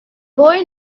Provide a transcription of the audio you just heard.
boy